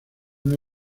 una